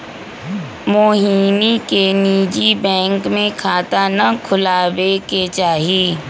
मोहिनी के निजी बैंक में खाता ना खुलवावे के चाहि